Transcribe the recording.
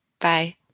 Bye